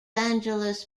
angeles